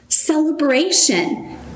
Celebration